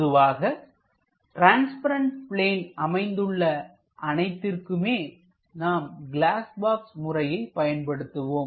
பொதுவாக transparent plane அமைந்துள்ள அனைத்திற்குமே நாம் கிளாஸ் பாக்ஸ் முறையை பயன்படுத்துவோம்